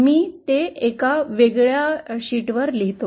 मी ते एका वेगळ्या शीट वर लिहितो